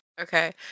okay